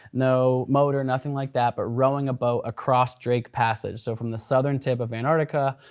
no motor, nothing like that but rowing a boat across drake passage. so from the southern tip of antarctica,